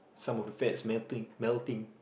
some of the fats melting melting